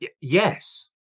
yes